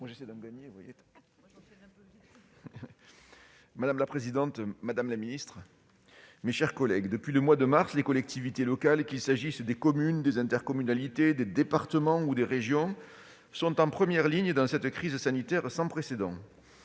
madame la ministre, monsieur le secrétaire d'État, mes chers collègues, depuis le mois de mars, les collectivités locales- qu'il s'agisse des communes, des intercommunalités, des départements ou des régions -sont en première ligne dans cette crise sanitaire sans précédent.